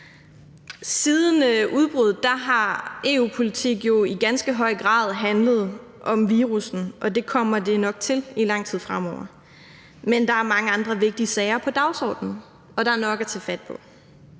Siden udbruddet har EU-politik jo i ganske høj grad handlet om virussen, og det kommer det nok til i lang tid fremover. Men der er mange andre vigtige sager på dagsordenen, og der er nok at tage fat på.